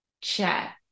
chat